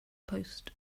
post